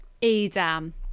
Edam